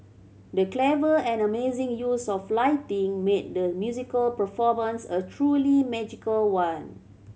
the clever and amazing use of lighting made the musical performance a truly magical one